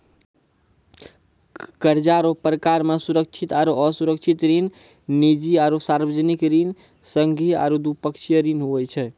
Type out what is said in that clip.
कर्जा रो परकार मे सुरक्षित आरो असुरक्षित ऋण, निजी आरो सार्बजनिक ऋण, संघीय आरू द्विपक्षीय ऋण हुवै छै